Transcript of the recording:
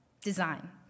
design